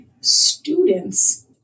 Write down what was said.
students